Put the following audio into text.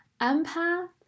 empath